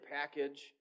package